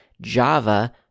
Java